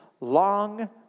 long